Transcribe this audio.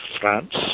France